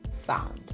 found